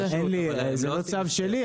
זה לא צו שלי,